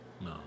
No